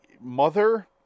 mother